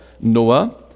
Noah